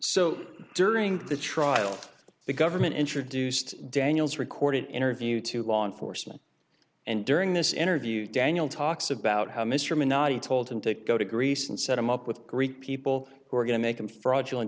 so during the trial the government introduced daniels recorded interview to law enforcement and during this interview daniel talks about how mr minority told him to go to greece and set him up with greek people who were going to make them fraudulent